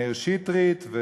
מאיר שטרית.